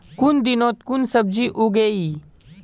कुन दिनोत कुन सब्जी उगेई?